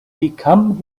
become